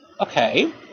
Okay